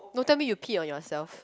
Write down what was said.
don't tell me you pee on yourself